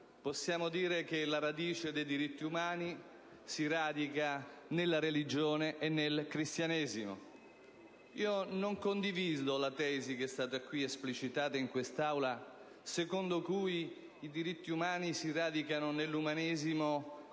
possiamo dire che la radice dei diritti umani si radica nella religione e nel cristianesimo. Io non condivido la tesi, esplicitata in questa Aula, secondo cui i diritti umani si radicano nell'umanesimo